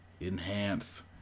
Enhance